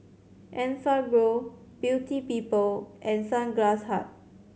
Enfagrow Beauty People and Sunglass Hut